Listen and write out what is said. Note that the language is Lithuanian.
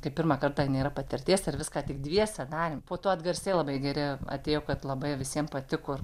kai pirmą kartą nėra patirties ir viską tik dviese darėm po to atgarsiai labai geri atėjo kad labai visiem patiko ir